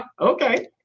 okay